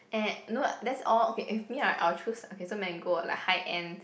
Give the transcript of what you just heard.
eh no that's all okay if me I'll choose okay so Mango like high end